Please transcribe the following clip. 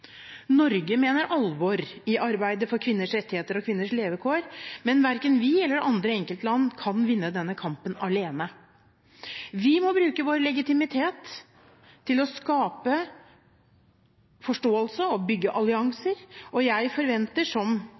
Norge mener alvor i arbeidet for kvinners rettigheter og kvinners levekår, men verken vi eller andre enkeltland kan vinne denne kampen alene. Vi må bruke vår legitimitet til å skape forståelse og bygge allianser, og jeg forventer – som